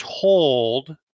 told